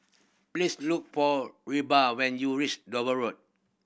please look for Reba when you reach Dover Road